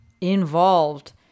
involved